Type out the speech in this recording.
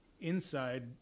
inside